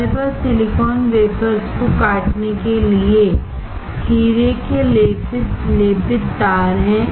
हमारे पास silicon wafers को काटने के लिए हीरे के लेपित तार हैं